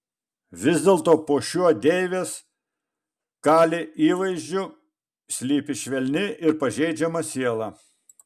vis dėlto po šiuo deivės kali įvaizdžiu slypi švelni ir pažeidžiama siela